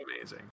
amazing